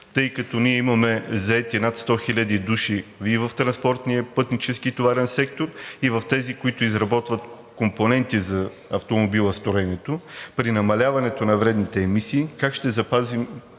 Тъй като ние имаме заети над 100 хиляди души и в транспортния пътнически товарен сектор, и в тези, които изработват компоненти за автомобилостроенето, при намаляването на вредните емисии как ще запазим